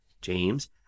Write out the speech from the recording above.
James